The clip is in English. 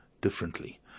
differently